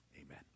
amen